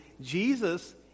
Jesus